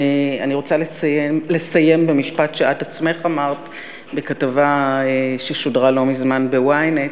אני רוצה לסיים במשפט שאת עצמך אמרת בכתבה ששודרה לא מזמן ב-ynet.